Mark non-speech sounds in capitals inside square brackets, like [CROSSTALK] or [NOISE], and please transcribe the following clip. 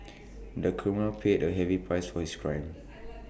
[NOISE] the criminal paid A heavy price for his crime